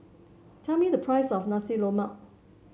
tell me the price of Nasi Lemak